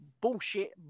bullshit